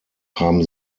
haben